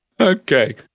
okay